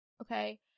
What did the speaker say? Okay